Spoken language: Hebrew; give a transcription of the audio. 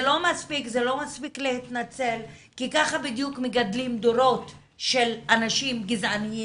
זה לא מספיק להתנצל כי ככה בדיוק מגדלים דורות של אנשים גזעניים,